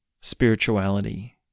spirituality